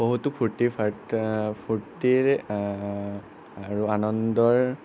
বহুতো ফুৰ্টি ফাৰ্টা ফুৰ্টিৰে আৰু আনন্দৰ